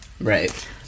Right